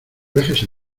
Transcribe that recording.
dejes